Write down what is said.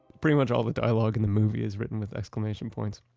pretty much all the dialogue in the movie is written with exclamation points.